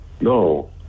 No